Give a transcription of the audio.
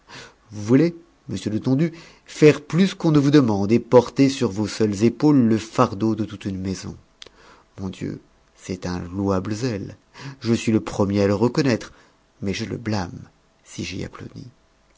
vous voulez monsieur letondu faire plus qu'on ne vous demande et porter sur vos seules épaules le fardeau de toute une maison mon dieu c'est un louable zèle je suis le premier à le reconnaître mais je le blâme si j'y applaudis